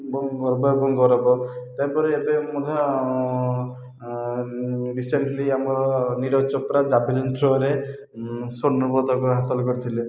ଗର୍ବ ଏବଂ ଗୌରବ ତା'ପରେ ଏବେ ମଧ୍ୟ ରିସେଣ୍ଟଲି ଆମର ନିରଜ ଚୋପ୍ରା ଜାଭେଲିନ୍ ଥ୍ରୋରେ ସ୍ଵର୍ଣ୍ଣପଦକ ହାସଲ କରିଥିଲେ